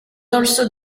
also